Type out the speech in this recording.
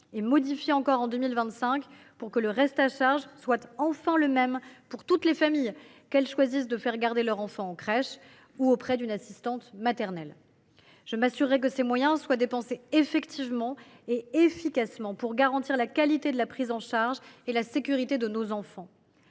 de l’enfant. Dès 2025, le reste à charge sera enfin le même pour toutes les familles, qu’elles choisissent de faire garder leur enfant en crèche ou de les confier à une assistante maternelle. Je m’assurerai que ces moyens soient dépensés effectivement et efficacement, pour garantir la qualité de la prise en charge et la sécurité de nos enfants.